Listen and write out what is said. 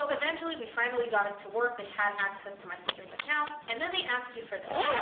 eventually, we finally got it to work. they had access to my sister's account. and then they ask you for this.